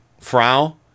Frau